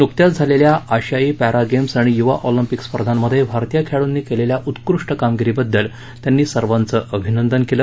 नुकत्याच झालेल्या आशियाई पॅरा गेम्स आणि युवा ऑलिम्पिक स्पर्धांमध्ये भारतीय खेळाडूंनी केलेल्या उत्कृष्ट कामगिरीबद्दल त्यांनी सर्वांचं अभिनंदन केलं